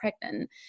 pregnant